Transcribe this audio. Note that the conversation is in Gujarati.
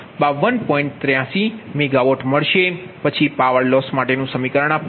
83MWમળશે પછી પાવર લોસ માટેનુ સમીકરણ આપવામાં આવે છે